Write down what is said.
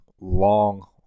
Long